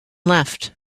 left